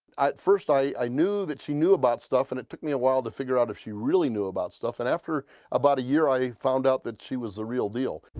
at first, i knew that she knew about stuff and it took me awhile to figure out if she really knew about stuff and after about a year, i found out that she was the real deal